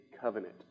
covenant